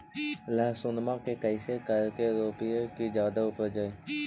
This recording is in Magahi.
लहसूनमा के कैसे करके रोपीय की जादा उपजई?